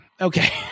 Okay